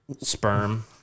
sperm